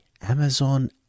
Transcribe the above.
Amazon